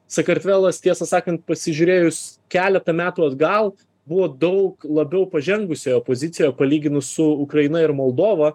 sakartvelas tiesą sakan pasižiūrėjus keletą metų atgal buvo daug labiau pažengusi opozicija palyginus su ukraina ir moldova